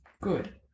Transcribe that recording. Good